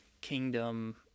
kingdom